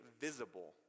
visible